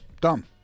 Dumb